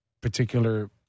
particular